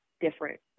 different